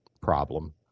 problem